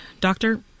Doctor